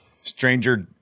Stranger